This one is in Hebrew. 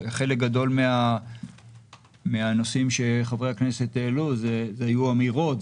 חלק גדול מהנושאים שחברי הכנסת העלו היו אמירות,